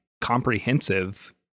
comprehensive